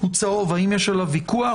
האם יש עליו ויכוח,